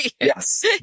Yes